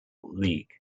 league